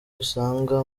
uzasanga